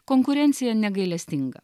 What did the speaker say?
konkurencija negailestinga